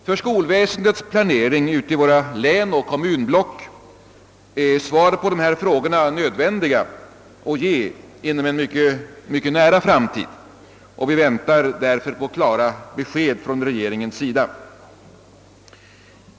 För skolväsendets planering ute i våra län och kommunblock är det nödvändigt att man får svar på dessa frågor inom en mycket nära framtid. Vi väntar därför på klara besked från regeringen.